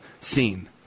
Scene